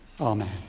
Amen